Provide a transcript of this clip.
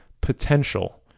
potential